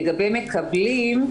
לגבי מקבלים,